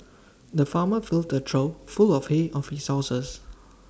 the farmer filled A trough full of hay of his horses